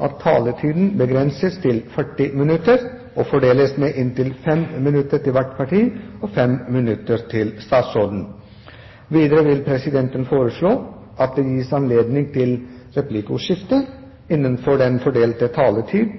at taletiden begrenses til 40 minutter og fordeles med inntil 5 minutter til hvert parti og 5 minutter til statsråden. Videre vil presidenten foreslå at det gis anledning til replikkordskifte